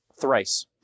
thrice